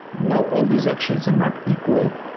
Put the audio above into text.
now all these actions are not equal.